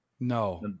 No